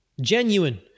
Genuine